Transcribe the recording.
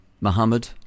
Muhammad